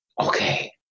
Okay